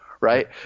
right